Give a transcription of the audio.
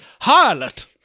harlot